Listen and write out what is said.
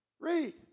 Read